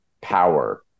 power